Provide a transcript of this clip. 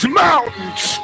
mountains